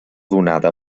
donada